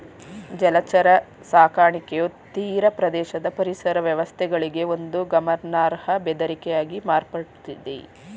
ಜಲಚರ ಸಾಕಣೆಯು ತೀರಪ್ರದೇಶದ ಪರಿಸರ ವ್ಯವಸ್ಥೆಗಳಿಗೆ ಒಂದು ಗಮನಾರ್ಹ ಬೆದರಿಕೆಯಾಗಿ ಮಾರ್ಪಡ್ತಿದೆ